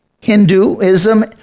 Hinduism